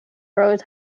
rose